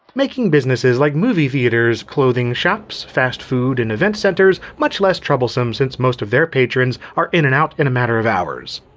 making businesses like movie theaters, clothing shops, fast food, and event centers much less troublesome since most of their patrons are in an out in a matter of hours.